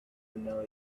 vanilla